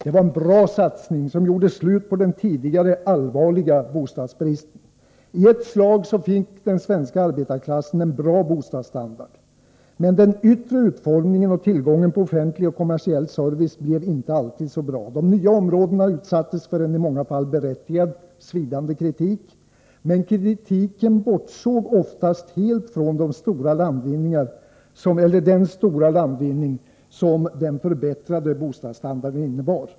Det var en bra satsning, som gjorde slut på den tidigare allvarliga bostadsbristen. I ett slag fick den svenska arbetarklassen en bra bostadsstandard. Men den yttre utformningen och tillgången på offentlig och kommersiell service blev inte alltid så bra. De nya områdena utsattes för en, i många fall berättigad, svidande kritik. Men kritiken bortsåg oftast helt från den stora landvinning som den förbättrade bostadsstandarden innebar.